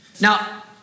Now